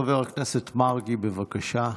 חבר הכנסת מרגי, בבקשה.